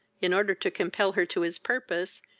in order to compel her to his purpose,